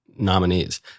nominees